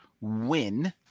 win